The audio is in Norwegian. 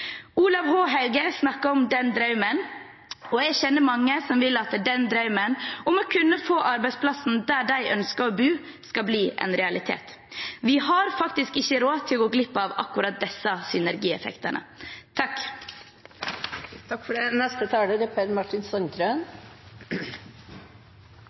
Olav H. Hauge snakket om «den draumen», og jeg kjenner mange som vil at drømmen om å kunne få arbeidsplassen sin der man ønsker å bu, skal bli en realitet. Vi har faktisk ikke råd til å gå glipp av disse synergieffektene. Jeg vil først begynne med å rose interpellanten for et godt initiativ. Dette er